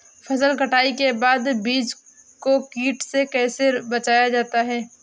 फसल कटाई के बाद बीज को कीट से कैसे बचाया जाता है?